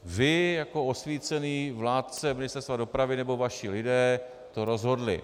Vy jako osvícený vládce Ministerstva dopravy nebo vaši lidé to rozhodli.